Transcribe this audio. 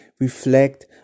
reflect